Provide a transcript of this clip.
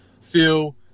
feel